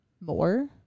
more